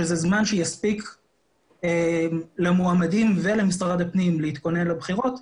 שזה זמן שיספיק למועמדים ולמשרד הפנים להתכונן לבחירות.